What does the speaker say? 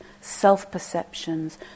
self-perceptions